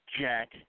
Jack